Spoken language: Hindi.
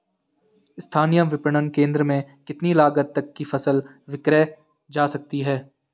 स्थानीय विपणन केंद्र में कितनी लागत तक कि फसल विक्रय जा सकती है?